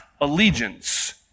allegiance